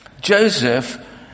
Joseph